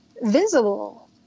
visible